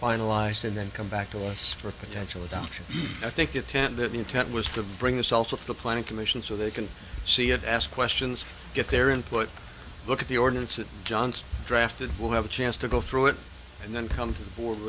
finalized and then come back to us for potential adoption i think it tended the intent was to bring us all to the planning commission so they can see it ask questions get their input look at the ordinance that john's drafted will have a chance to go through it and then come to the board